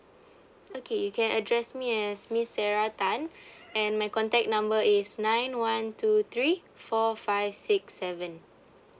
okay you can address me as miss sarah tan and my contact number is nine one two three four five six seven